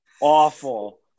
awful